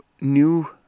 new